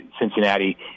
Cincinnati